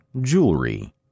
jewelry